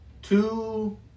Two